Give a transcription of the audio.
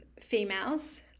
females